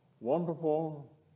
wonderful